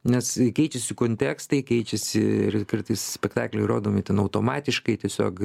nes keičiasi kontekstai keičiasi ir kartais spektakliai rodomi ten automatiškai tiesiog